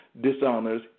dishonors